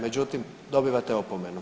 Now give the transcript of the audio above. Međutim, dobivate opomenu.